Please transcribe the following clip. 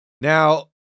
Now